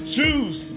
Choose